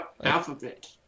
Alphabet